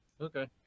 Okay